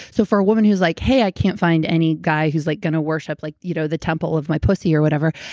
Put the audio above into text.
so for a woman who's like, hey, i can't find any guy who's like going to worship like you know the temple of my pussy, or whatever,